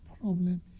problem